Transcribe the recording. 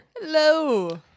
Hello